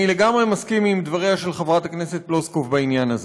אני לגמרי מסכים לדבריה של חברת הכנסת פלוסקוב בעניין הזה.